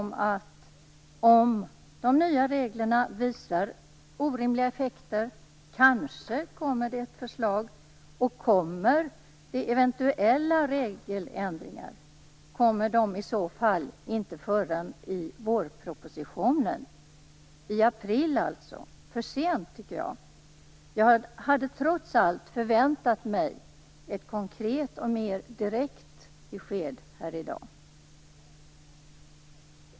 Om de nya reglerna visar på orimliga effekter kanske det kommer ett förslag. Om det blir regeländringar kommer de i så fall inte förrän i vårpropositionen, dvs. i april. Det är för sent, tycker jag. Jag hade trots allt förväntat mig ett konkret och mer direkt besked här i dag.